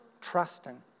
trusting